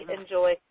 enjoy